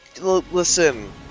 listen